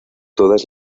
todas